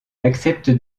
accepte